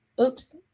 oops